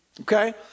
Okay